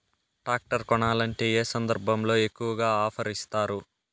Tractor కొనాలంటే ఏ సందర్భంలో ఎక్కువగా ఆఫర్ ఇస్తారు?